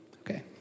Okay